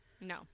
no